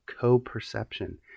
co-perception